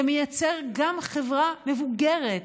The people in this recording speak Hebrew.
זה מייצר גם חברה מבוגרת,